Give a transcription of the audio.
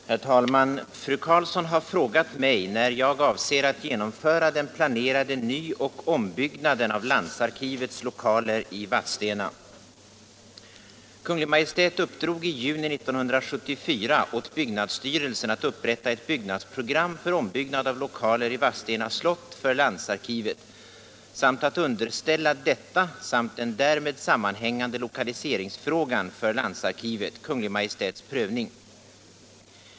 248, och anförde: Herr talman! Fru Karlsson har frågat mig när jag avser att genomföra den planerade nyoch ombyggnaden av landsarkivets lokaler i Vadstena. få Kungl. Maj:t uppdrog i juni 1974 åt byggnadsstyrelsen att upprätta ett byggnadsprogram för ombyggnad av lokaler i Vadstena slott för landsarkivet samt att underställa detta samt den därmed sammanhängande lokaliseringsfrågan för landsarkivet Kungl. Maj:ts prövning.